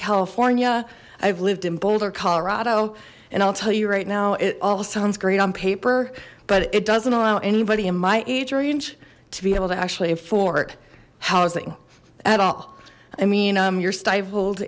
california i've lived in boulder colorado and i'll tell you right now it all sounds great on paper but it doesn't allow anybody in my age range to be able to actually afford housing at all i mean you're stifled